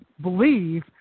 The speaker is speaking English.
believe